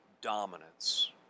Dominance